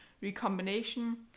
recombination